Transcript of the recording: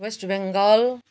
West Bengal